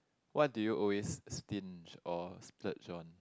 what do you always stinge or splurge on